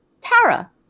Tara